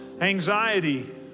Anxiety